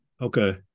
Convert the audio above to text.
Okay